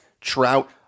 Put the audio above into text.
Trout